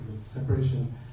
separation